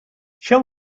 shall